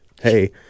Hey